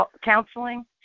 counseling